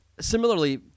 Similarly